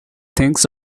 things